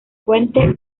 fuente